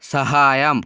സഹായം